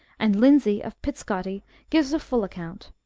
and lindsay of pitscottie gives a full account,